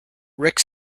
rick